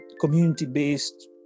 community-based